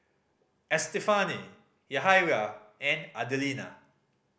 Estefany Yahaira and Adelina